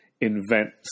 invent